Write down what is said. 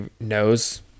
knows